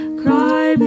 cry